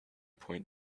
point